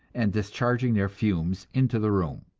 and discharging their fumes into the room.